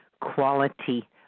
quality